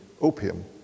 opium